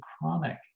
chronic